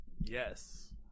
yes